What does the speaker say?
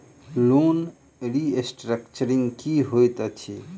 Loan restructuring की होइत अछि?